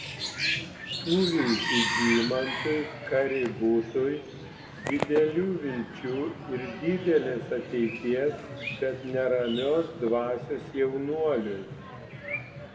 tuviui žygimantui kaributui didelių vilčių ir didelės ateities bet neramios dvasios jaunuoliui